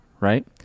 right